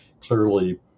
clearly